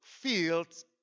fields